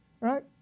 Right